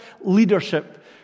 leadership